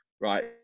right